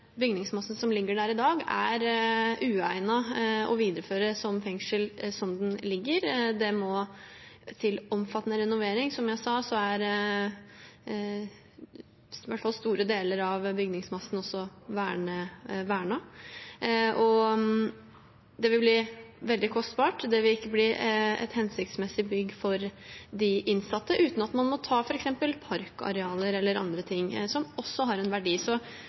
bygningsmassen som ligger der i dag, er uegnet å videreføre som fengsel som den ligger. Det må til omfattende renovering. Som jeg sa, er store deler av bygningsmassen også vernet. Det vil bli veldig kostbart, det vil ikke bli et hensiktsmessig bygg for de innsatte uten at man må ta f.eks. parkarealer eller andre ting, som også har en verdi.